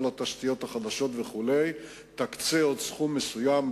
התשתיות החדשות וכו' תקצה עוד סכום מסוים.